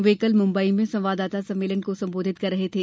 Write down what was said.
वे कल मुम्बई में संवाददाता सम्मेलन को संबोधित कर रहे थे